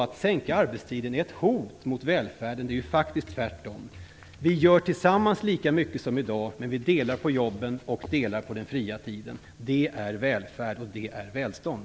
Att sänka arbetstiden är inget hot mot välfärden - det är ju faktiskt tvärtom. Vi gör tillsammans lika mycket som i dag, men vi delar på jobben och den fria tiden. Det är välfärd och välstånd.